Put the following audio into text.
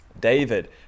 David